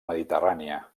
mediterrània